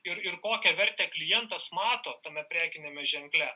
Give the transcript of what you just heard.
ir ir kokią vertę klientas mato tame prekiniame ženkle